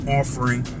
offering